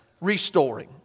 restoring